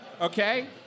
okay